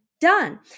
done